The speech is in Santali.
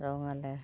ᱨᱚᱝᱟᱞᱮ